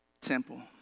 temple